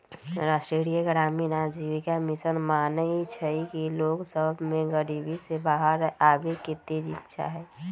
राष्ट्रीय ग्रामीण आजीविका मिशन मानइ छइ कि लोग सभ में गरीबी से बाहर आबेके तेज इच्छा हइ